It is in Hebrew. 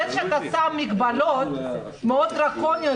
זה שאתה שם מגבלות מאוד דרקוניות,